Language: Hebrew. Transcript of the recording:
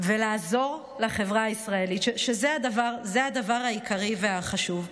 ולעזור לחברה הישראלית, שזה הדבר העיקרי והחשוב.